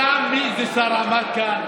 פעם איזה שר עמד כאן,